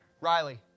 Riley